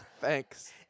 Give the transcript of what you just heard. Thanks